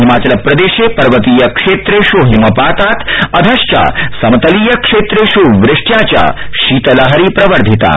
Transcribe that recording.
हिमाचलप्रदेशे पर्वतीय क्षेत्रेष् हिमपातात् अधश्च समतलीय क्षेत्रेष् वृष्ट्या च शीतलहरी प्रवर्धिता